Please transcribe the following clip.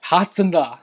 !huh! 真的啊